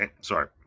sorry